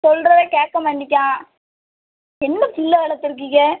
சொல்றதை கேட்க மாட்டேக்கிறான் என்ன புள்ளை வளர்த்துருக்கீங்க